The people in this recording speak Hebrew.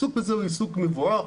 העיסוק בזה הוא עיסוק מבורך.